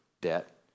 debt